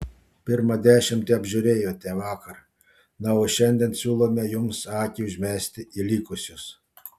pirmą dešimtį apžiūrėjote vakar na o šiandien siūlome jums akį užmesti į likusius